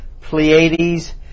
Pleiades